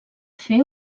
fer